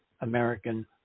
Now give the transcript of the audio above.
American